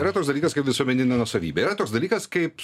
yra toks dalykas kaip visuomeninė nuosavybė yra toks dalykas kaip